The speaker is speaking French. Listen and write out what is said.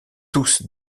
tous